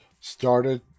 started